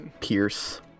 pierce